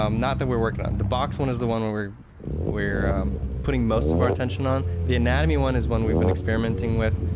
um not that we're working on, the box one is the one where we're putting most of our attention on. the anatomy one is one we've been experimenting with,